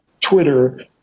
Twitter